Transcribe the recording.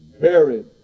buried